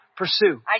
pursue